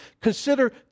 consider